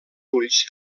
ulls